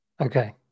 Okay